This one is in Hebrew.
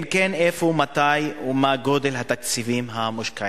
אם כן, איפה, מתי ומה גודל התקציבים המושקעים?